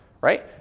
right